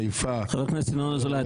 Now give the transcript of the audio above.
חיפה --- חבר הכנסת ינון אזולאי,